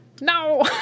No